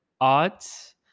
odds